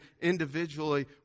individually